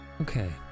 Okay